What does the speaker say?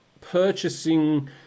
purchasing